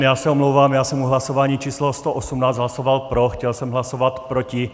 Já se omlouvám, já jsem u hlasování číslo 118 hlasoval pro, chtěl jsem hlasovat proti.